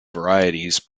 varieties